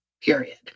Period